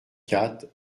quatre